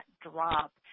drop